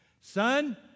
Son